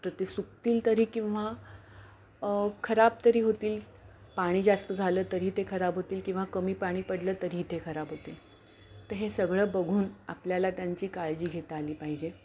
तर ते सुकतील तरी किंवा खराब तरी होतील पाणी जास्त झालं तरी ते खराब होतील किंवा कमी पाणी पडलं तरीही ते खराब होतील तर हे सगळं बघून आपल्याला त्यांची काळजी घेता आली पाहिजे